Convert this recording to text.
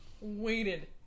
waited